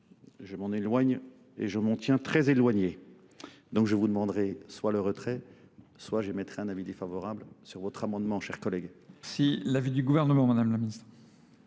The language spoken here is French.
Je m'en éloigne et je m'en tiens très éloigné. Donc je vous demanderai soit le retrait, soit j'émettrai un avis défavorable sur votre amendement, chers collègues. Merci. L'avis du gouvernement, Madame la Ministre.